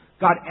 God